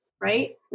Right